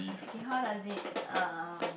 okay how does it um